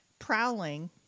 Prowling